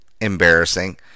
embarrassing